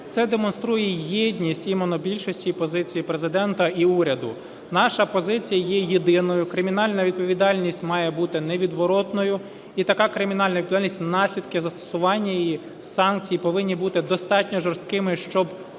демонструє єдність і монобільшості, і позиції Президента, і уряду. Наша позиція є єдиною: кримінальна відповідальність має бути невідворотною, і така кримінальна відповідальність, наслідки застосування її, санкції повинні бути достатньо жорсткими, щоб